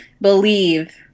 believe